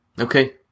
okay